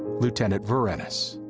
lieutenant verinis.